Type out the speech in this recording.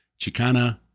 Chicana